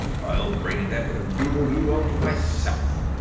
i'll bring that doodledoo out myself,